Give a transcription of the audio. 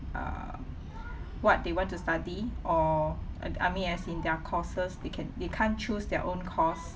what they want to study or uh I mean as in their courses they can they can't choose their own course